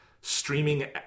streaming